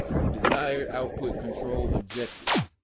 the desired output control objectives,